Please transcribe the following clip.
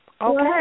Okay